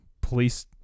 police